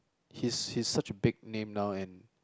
he's he's such a big name now and